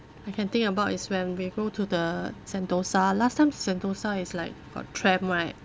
I can think about is when we go to the sentosa last time sentosa is like got tram right